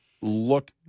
Look